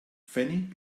fanny